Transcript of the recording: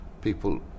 people